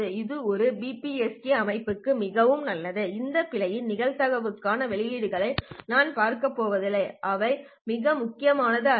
இது ஒரு பிபிஎஸ்கே அமைப்புக்கு மிகவும் நல்லது இந்த பிழையின் நிகழ்தகவுக்கான வெளிப்பாடுகளை நான் பார்க்கப் போவதில்லை அவை மிக முக்கியமானவை அல்ல